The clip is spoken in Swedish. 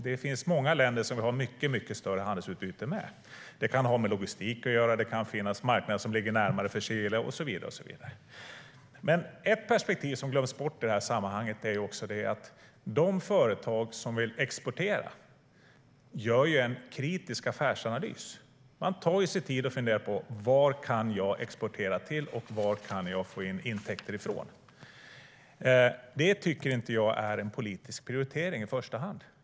Det finns många länder som vi har mycket större handelsutbyte med. Det kan ha med logistik att göra, det kan finnas marknader som ligger närmare för Chile och så vidare. Ett perspektiv som glöms bort i sammanhanget är att de företag som vill exportera gör en kritisk affärsanalys. De tar sig tid att fundera på vart de kan exportera och var de kan få intäkter ifrån. Det tycker inte jag är en politisk prioritering i första hand.